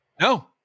No